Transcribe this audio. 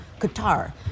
Qatar